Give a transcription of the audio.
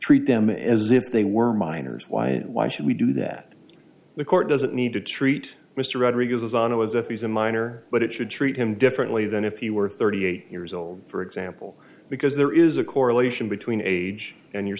them as if they were minors why why should we do that the court doesn't need to treat mr rodriguez on a as if he's a minor but it should treat him differently than if he were thirty eight years old for example because there is a correlation between age and your